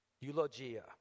eulogia